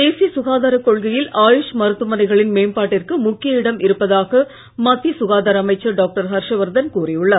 தேசிய சுகாதாரக் கொள்கையில் ஆயுஷ் மருத்துவமனைகளின் மேம்பாட்டிற்கு முக்கிய இடம் இருப்பதாக மத்திய சுகாதார அமைச்சர் டாக்டர் ஹர்ஷ வர்தன் கூறி உள்ளார்